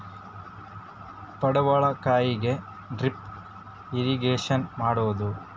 ಪಡವಲಕಾಯಿಗೆ drip irrigation ಮಾಡಬೋದ?